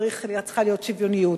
צריכה להיות שוויוניות.